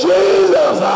Jesus